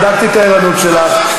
בדקתי את הערנות שלך.